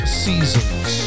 seasons